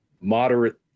moderate